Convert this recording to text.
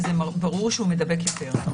זה אומיקרון וברור שהוא מדבק יותר.